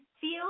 feel